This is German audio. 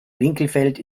winkelfeld